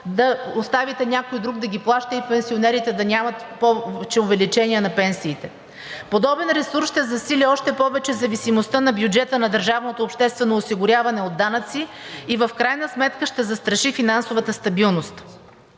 да оставите някой друг да ги плаща, и пенсионерите да нямат повече увеличение на пенсиите? Подобен ресурс ще засили още повече зависимостта на бюджета на държавното обществено осигуряване от данъци и в крайна сметка ще застраши финансовата стабилност.